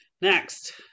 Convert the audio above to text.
Next